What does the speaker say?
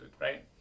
right